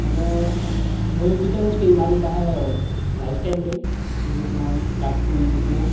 અને હું વિચારું છું કે એ મારી પાસે લાઇફ ટાઇમ રહે એ રીતના એમ રાખું એ રીતના